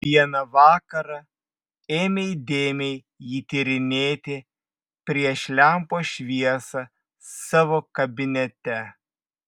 vieną vakarą ėmė įdėmiai jį tyrinėti prieš lempos šviesą savo kabinete